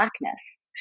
Blackness